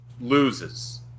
loses